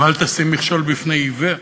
ואל תשים מכשול בפני עיוור.